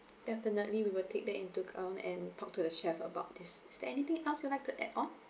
definitely we will take that into account and talk to the chef about this is that anything else you like to add on